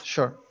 Sure